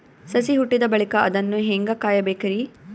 ಸಸಿ ಹುಟ್ಟಿದ ಬಳಿಕ ಅದನ್ನು ಹೇಂಗ ಕಾಯಬೇಕಿರಿ?